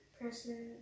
person